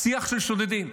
שיח של שודדים.